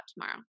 tomorrow